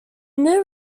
new